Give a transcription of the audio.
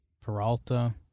Peralta